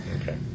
Okay